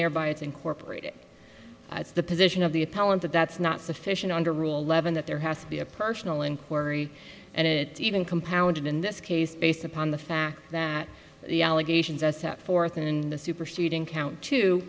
thereby it's incorporated that's the position of the appellant that that's not sufficient under rule eleven that there has to be a personal inquiry and it even compounded in this case based upon the fact that the allegations as set forth in the superseding count t